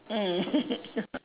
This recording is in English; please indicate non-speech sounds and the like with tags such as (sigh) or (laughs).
mm (laughs)